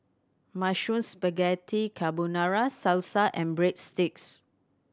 Mushroom Spaghetti Carbonara Salsa and Breadsticks